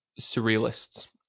surrealists